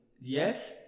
Yes